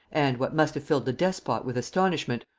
and, what must have filled the despot with astonishment,